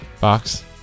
box